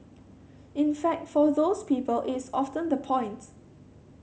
in fact for those people it's often the point